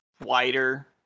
wider